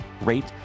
rate